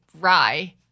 Rye